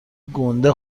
گنده